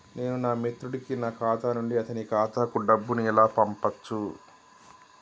నేను నా మిత్రుడి కి నా ఖాతా నుండి అతని ఖాతా కు డబ్బు ను ఎలా పంపచ్చు?